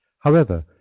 however,